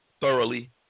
thoroughly